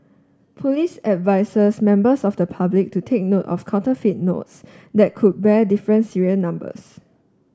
police advises members of the public to take note of counterfeit notes that could bear difference serial numbers